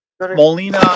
Molina